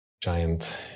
giant